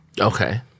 Okay